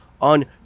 on